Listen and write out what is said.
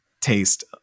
taste